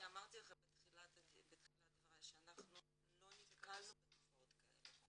אני אמרתי לכם בתחילת דבריי שאנחנו לא נתקלנו בתופעות כאלה.